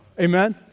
Amen